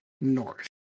north